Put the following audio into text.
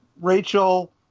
Rachel